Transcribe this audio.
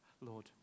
Lord